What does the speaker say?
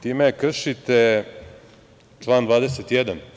Time kršite član 21.